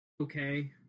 okay